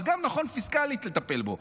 אבל גם נכון פיסקלית לטפל בו.